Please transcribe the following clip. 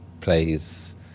plays